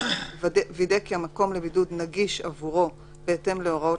כי המקום לבידוד נגיש עבורו בהתאם להוראות